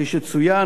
כפי שצוין,